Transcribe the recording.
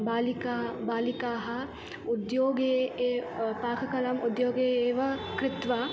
बालिका बालिकाः उद्योगे ये पाककलाम् उद्योगे एव कृत्वा